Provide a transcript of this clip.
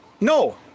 No